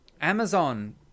Amazon